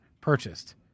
purchased